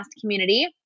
community